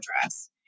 address